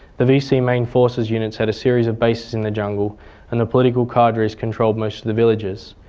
the vc main forces units had a series of bases in the jungle and the political cardres controlled most of the villages.